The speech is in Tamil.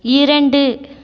இரண்டு